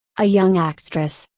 a young actress,